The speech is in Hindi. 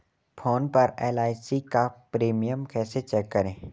फोन पर एल.आई.सी का प्रीमियम कैसे चेक करें?